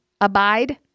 abide